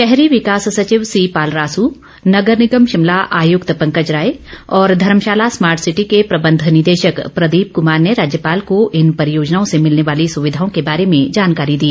शहरी विकास सचिव सीपाल रासू नगर निगम शिमला आयुक्त पंकज राय और धर्मशाला स्मार्ट सिटी के प्रबंध निदेशक प्रदीप कुमार ने राज्यपाल को इन परियोजनाओं से मिलने वाली सुविधाओं के बारे में जानकारी दी